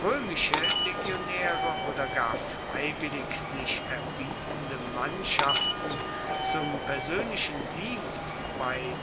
römische legionäre oder gar freiwillig sich erbietende mannschaften zum persönlichen dienst bei